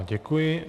Děkuji.